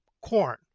corn